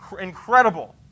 incredible